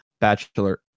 bachelor